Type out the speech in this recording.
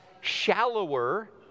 shallower